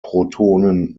protonen